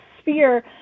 sphere